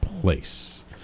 place